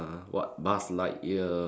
what Buzz Lightyear